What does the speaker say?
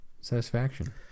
satisfaction